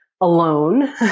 alone